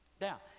Now